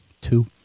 two